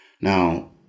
Now